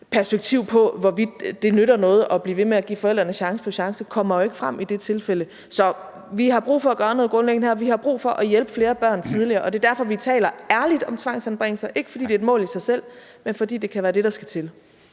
perspektiv på, hvorvidt det nytter noget at blive ved med at give forældrene chance på chance, ikke kommer frem i de tilfælde. Så vi har brug for at gøre noget grundlæggende, og vi har brug for at hjælpe flere børn tidligere, og det er derfor, vi taler ærligt om tvangsanbringelser, ikke fordi det er et mål i sig selv, men fordi det kan være det, der skal til.